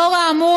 לאור האמור,